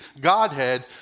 Godhead